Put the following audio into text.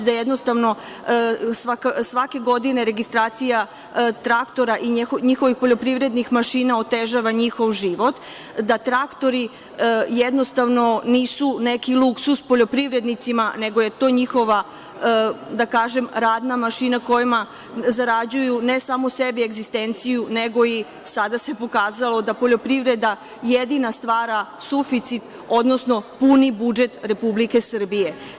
Svake godine registracija traktora i njihovih poljoprivrednih mašina otežava njihov život, traktori nisu luksuz poljoprivrednicima, nego je to njihova radna mašina kojom zarađuju ne samo sebi egzistenciju, nego i sada se pokazalo da poljoprivreda jedina stvara suficit, odnosno puni budžet Republike Srbije.